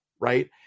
Right